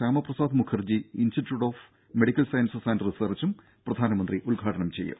Shyamaprasad Mukherjee institute of medical sciences and റിസർച്ചും പ്രധാനമന്ത്രി ഉദ്ഘാടനം ചെയ്യും